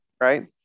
right